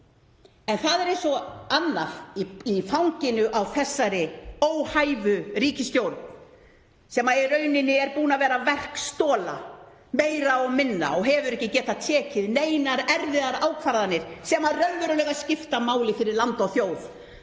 en það er eins og annað í fanginu á þessari óhæfu ríkisstjórn sem er í rauninni búin að vera meira og minna verkstola og hefur ekki getað tekið neinar erfiðar ákvarðanir sem raunverulega skipta máli fyrir land og þjóð